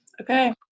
Okay